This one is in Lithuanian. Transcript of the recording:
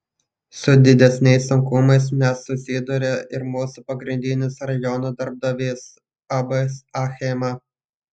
su didesniais sunkumais nesusiduria ir mūsų pagrindinis rajono darbdavys ab achema